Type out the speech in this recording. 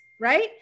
right